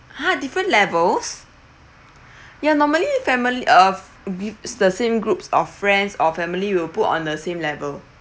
ha different levels ya normally family uh the same group of friends or family will put on the same level